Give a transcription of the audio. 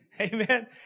Amen